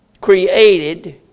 created